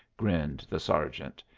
grinned the sergeant.